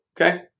okay